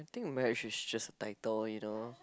I think marriage is just a title you know